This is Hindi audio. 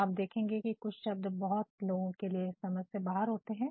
आप देखेंगे कि कुछ शब्द बहुत लोगों के लिए समझ से बाहर होते हैं